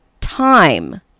time